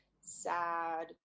sad